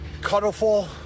cuddleful